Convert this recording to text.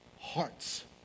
hearts